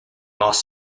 moss